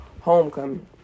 Homecoming